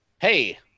hey